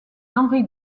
d’henri